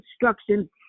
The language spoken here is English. instruction